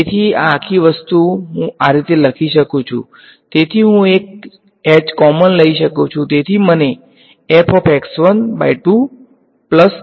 તેથી આ આખી વસ્તુ હું આ રીતે લખી શકું છું તેથી હું એક h કોમન લઈ શકું છું તેથી મને મળશે